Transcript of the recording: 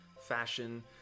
fashion